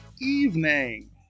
evening